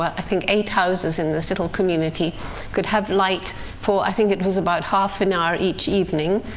i think, eight houses in this little community could have light for, i think it was about half an hour each evening.